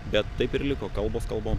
bet taip ir liko kalbos kalbom